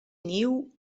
niu